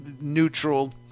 neutral